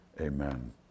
Amen